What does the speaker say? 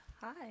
Hi